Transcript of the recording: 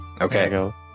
Okay